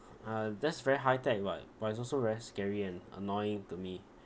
uh that's very high tech [what] but it's also very scary and annoying to me